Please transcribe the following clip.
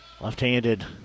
Left-handed